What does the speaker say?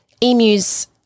emus